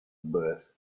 birth